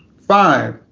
five,